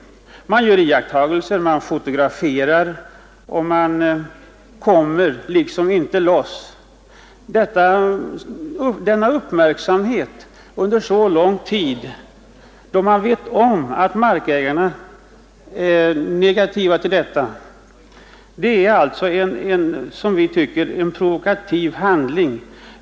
Man gör iakttagelser och man fotograferar, och det blir inte något slut på detta. Denna verksamhet som man bedrivit under så lång tid samtidigt som man vet om att markägarna är negativt inställda är, som vi tycker, en provokativ handling.